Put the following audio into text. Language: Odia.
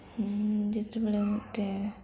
ଯେତେବେଳେ ଗୋଟେ